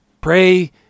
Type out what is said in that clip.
Pray